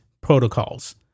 protocols